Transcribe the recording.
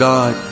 God